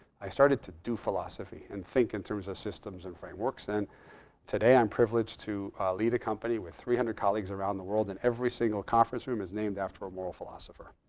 i started to do philosophy and think in terms of systems and frameworks. and today i'm privileged to lead a company with three hundred colleagues around the world. and every single conference room is named after a moral philosopher.